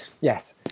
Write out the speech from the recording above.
Yes